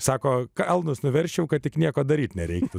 sako kalnus nuversčiau kad tik nieko daryti nereiktų